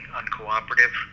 uncooperative